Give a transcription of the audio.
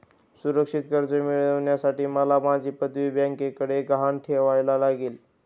सुरक्षित कर्ज मिळवण्यासाठी मला माझी पदवी बँकेकडे गहाण ठेवायला लागेल